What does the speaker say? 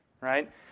right